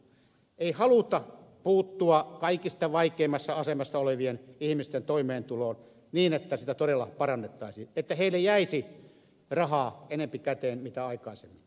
ei haluta puuttua kaikista vaikeimmassa asemassa olevien ihmisten toimeentuloon niin että sitä todella parannettaisiin että heille jäisi rahaa enempi käteen kuin aikaisemmin